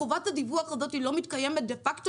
חובת הדיווח הזאת לא מתקיימת דה-פאקטו,